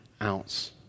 ounce